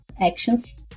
actions